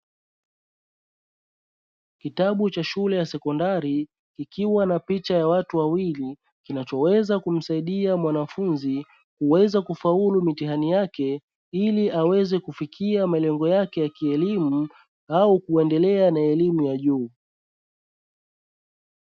Kitabu cha shule ya sekondari kikiwa na picha ya watu wawili, kinachoweza kumsaidia mwanafunzi kuweza kufaulu mitihani yake ili aweze kufikia malengo yake ya kielimu au kuendelea na elimu ya juu.